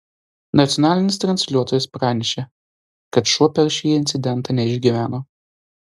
nacionalinis transliuotojas pranešė kad šuo per šį incidentą neišgyveno